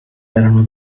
erano